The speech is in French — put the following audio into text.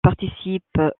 participe